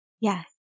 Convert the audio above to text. Yes